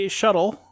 shuttle